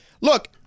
look